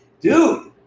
Dude